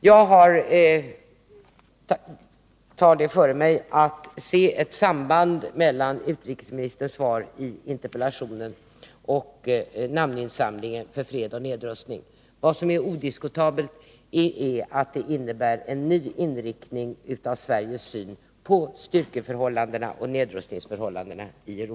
Jag ser ett samband mellan utrikesministerns svar på interpellationen och namninsamlingen för fred och nedrustning. Vad som är odiskutabelt är att det innebär en ny inriktning av Sveriges syn på styrkeförhållandena och nedrustningsförhållandena i Euro